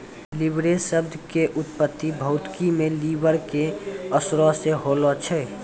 leverage शब्द के उत्पत्ति भौतिकी मे लिवर के असरो से होलो छै